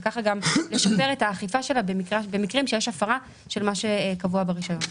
וככה גם לשפר את האכיפה שלה במקרים שיש הפרה של מה שקבוע ברישיון.